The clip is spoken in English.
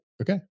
okay